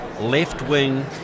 left-wing